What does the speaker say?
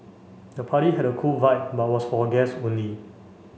the party had a cool vibe but was for guest only